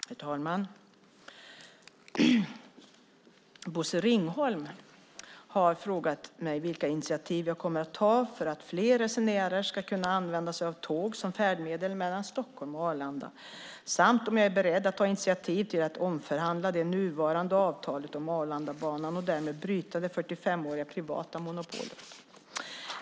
Herr talman! Bosse Ringholm har frågat mig vilka initiativ jag kommer att ta för att fler resenärer ska kunna använda sig av tåg som färdmedel mellan Stockholm och Arlanda samt om jag är beredd att ta initiativ till att omförhandla det nuvarande avtalet om Arlandabanan och därmed bryta det 45-åriga privata monopolet.